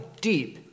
deep